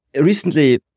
Recently